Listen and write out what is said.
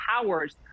powers